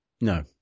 no